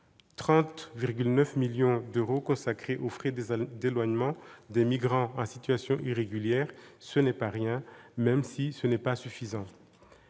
30,9 millions d'euros sont consacrés aux frais d'éloignement des migrants en situation irrégulière, ce n'est pas rien. Je ne puis